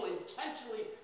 intentionally